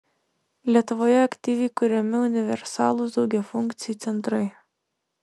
lietuvoje aktyviai kuriami universalūs daugiafunkciai centrai